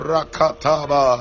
Rakataba